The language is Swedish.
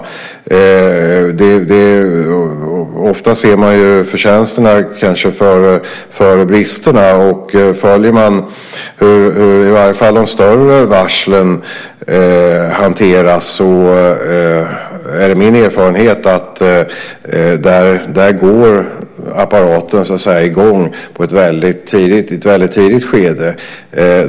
Ofta ser man kanske förtjänsterna före bristerna. Av hur i varje fall de större varslen hanteras är min erfarenhet att apparaten går i gång i ett väldigt tidigt skede.